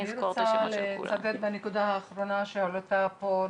אני רוצה לצדד בנקודה האחרונה שהועלתה פה.